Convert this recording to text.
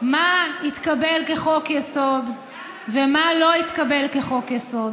מה יתקבל כחוק-יסוד ומה לא יתקבל כחוק-יסוד,